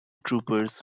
troopers